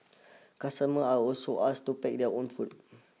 customers are also asked to pack their own food